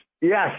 Yes